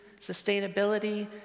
sustainability